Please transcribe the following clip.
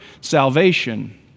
salvation